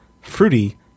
fruity